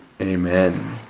Amen